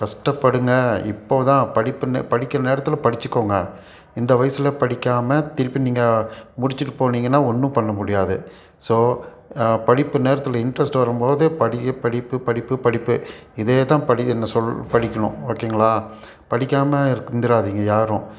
கஷ்டப்படுங்க இப்போது தான் படிப்புன்னு படிக்கிற நேரத்தில் படிச்சிக்கோங்க இந்த வயசில் படிக்காமல் திருப்பி நீங்கள் முடிச்சிட்டு போனீங்கன்னா ஒன்றும் பண்ண முடியாது ஸோ படிப்பு நேரத்தில் இன்ட்ரெஸ்ட் வரும்போது படிக்க படிப்பு படிப்பு படிப்பு இதேதான் படிக்கிறன சொல் படிக்கணும் ஓகேங்களா படிக்காமல் இருந்துறாதீங்க யாரும்